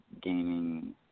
gaming